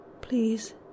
Please